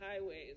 highways